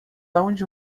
aonde